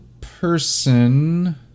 person